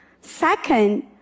Second